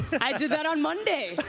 i did that on monday.